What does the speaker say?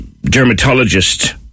dermatologist